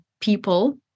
people